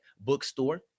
bookstore